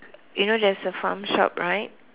you know there's a farm shop right